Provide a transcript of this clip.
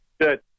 Good